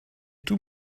tous